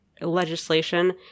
legislation